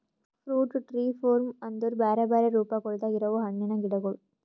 fruit tree form ಅಂದುರ್ ಬ್ಯಾರೆ ಬ್ಯಾರೆ ರೂಪಗೊಳ್ದಾಗ್ ಇರವು ಹಣ್ಣಿನ ಗಿಡಗೊಳ್